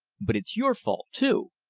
but it's your fault too.